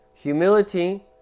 Humility